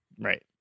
right